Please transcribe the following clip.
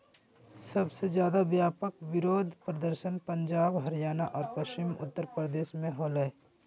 सबसे ज्यादे व्यापक विरोध प्रदर्शन पंजाब, हरियाणा और पश्चिमी उत्तर प्रदेश में होलय